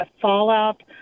fallout